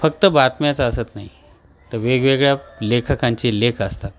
फक्त बातम्याच असत नाही तर वेगवेगळ्या लेखकांचे लेख असतात